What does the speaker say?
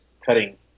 cutting